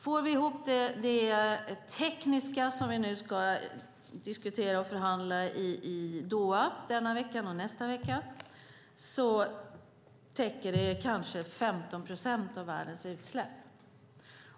Får vi ihop det tekniska som vi ska diskutera och förhandla om i Doha denna vecka och nästa vecka täcker det kanske 15 procent av världens utsläpp.